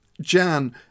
Jan